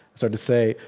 start to say,